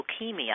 leukemia